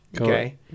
okay